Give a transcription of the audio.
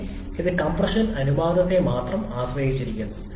പിന്നെ ഇത് കംപ്രഷൻ അനുപാതത്തെ മാത്രം ആശ്രയിച്ചിരിക്കുന്നു